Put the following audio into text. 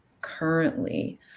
currently